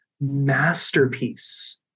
masterpiece